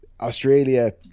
Australia